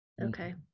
Okay